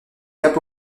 cap